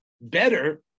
better